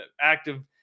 active